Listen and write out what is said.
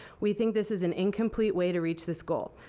we think this is an incomplete way to reach this goal.